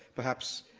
perhaps,